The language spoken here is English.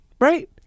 Right